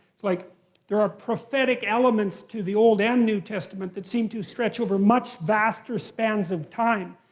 it's like there are prophetic elements to the old and new testament that seem to stretch over much vaster spans of time.